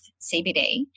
CBD